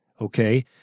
okay